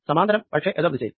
സമാന്തരം പക്ഷെ എതിർ ദിശയിൽ